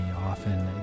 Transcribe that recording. often